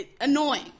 Annoying